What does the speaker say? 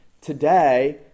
Today